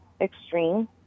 extreme